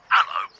Hello